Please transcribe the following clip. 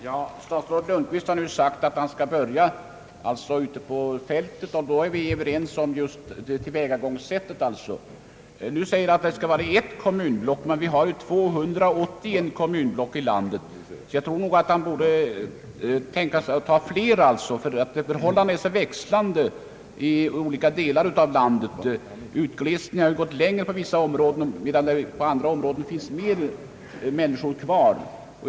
Herr talman! Statsrådet Lundkvist har nu förklarat, att han skall börja ute på fältet. Då är vi överens just om tillvägagångssättet. Han talar dock om att det skall vara bara ett kommunblock. Men vi har ju 281 kommunblock i landet. Jag tror nog att statsrådet Lundkvist måste tänka sig att ta med flera kommunblock, ty förhållandena är så växlande i olika delar av landet. Utglesningen har gått längre i vissa områden, medan det i andra områden finns flera människor kvar.